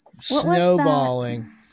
snowballing